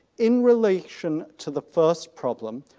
in relation to the first problem,